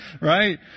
right